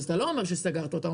אתה לא אומר שסגרת אותם,